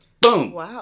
Boom